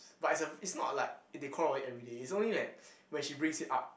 but is a is not like they quarrel over it everyday is only like when she brings it up